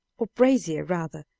or brazier rather,